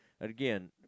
again